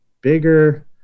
bigger